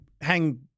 hang